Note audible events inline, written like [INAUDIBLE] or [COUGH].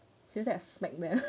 seriously I smack them [LAUGHS]